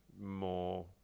more